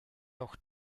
auch